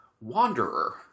Wanderer